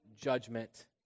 judgment